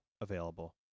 available